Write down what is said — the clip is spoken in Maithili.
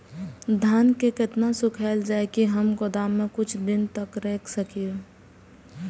धान के केतना सुखायल जाय की हम गोदाम में कुछ दिन तक रख सकिए?